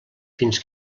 fins